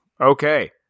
Okay